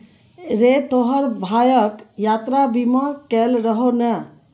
रे तोहर भायक यात्रा बीमा कएल रहौ ने?